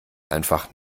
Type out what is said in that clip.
einfach